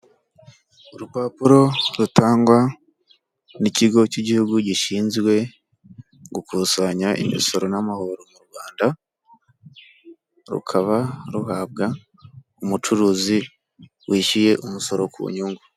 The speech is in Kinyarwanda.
Urupapuro rutangwa n'ikigo cy'igihugu gishinzwe gukusanya imisoro n'amahoro mu Rwanda, rukaba ruhabwa umucuruzi wishyuye umusoro ku nyungu.